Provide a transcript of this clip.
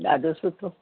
ॾाढो सुठो